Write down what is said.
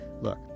Look